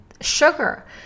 sugar